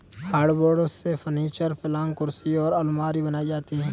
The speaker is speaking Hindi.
हार्डवुड से फर्नीचर, पलंग कुर्सी और आलमारी बनाई जाती है